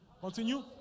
Continue